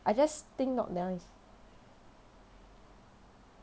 I just think not nice